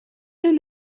and